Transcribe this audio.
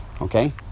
okay